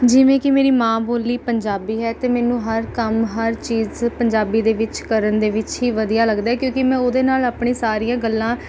ਜਿਵੇਂ ਕਿ ਮੇਰੀ ਮਾਂ ਬੋਲੀ ਪੰਜਾਬੀ ਹੈ ਅਤੇ ਮੈਨੂੰ ਹਰ ਕੰਮ ਹਰ ਚੀਜ਼ 'ਚ ਪੰਜਾਬੀ ਦੇ ਵਿੱਚ ਕਰਨ ਦੇ ਵਿੱਚ ਹੀ ਵਧੀਆ ਲੱਗਦਾ ਹੈ ਕਿਉਂਕਿ ਮੈਂ ਉਹਦੇ ਨਾਲ ਆਪਣੀ ਸਾਰੀਆਂ ਗੱਲਾਂ